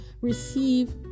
receive